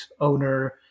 owner